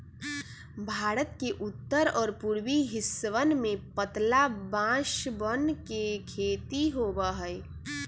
भारत के उत्तर और पूर्वी हिस्सवन में पतला बांसवन के खेती होबा हई